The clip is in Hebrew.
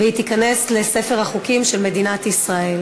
ותיכנס לספר החוקים של מדינת ישראל.